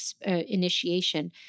initiation